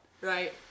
Right